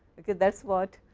that is what